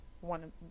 one